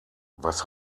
was